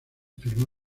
firmó